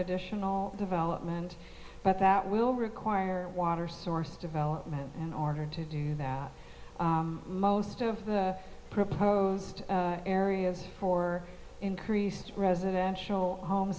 additional development but that will require water source development in order to do that most of the proposed areas for increased residential home